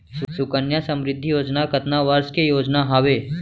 सुकन्या समृद्धि योजना कतना वर्ष के योजना हावे?